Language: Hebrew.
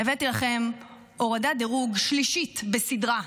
הבאתי לכם הורדת דירוג שלישית בסדרה.